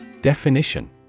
Definition